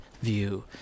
view